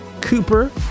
Cooper